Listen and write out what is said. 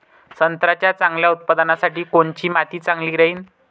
संत्र्याच्या चांगल्या उत्पन्नासाठी कोनची माती चांगली राहिनं?